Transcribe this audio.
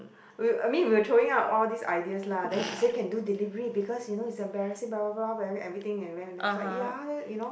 w~ I mean we were throwing out all this ideas lah then she say can do delivery because you know it's embarrassing blah blah blah everything ya then you know